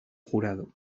jurado